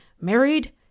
married